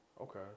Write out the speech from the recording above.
Okay